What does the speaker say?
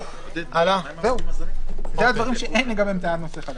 אלה הדברים שאין לגביהם טענת נושא חדש.